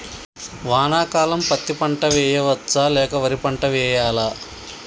వానాకాలం పత్తి పంట వేయవచ్చ లేక వరి పంట వేయాలా?